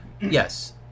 yes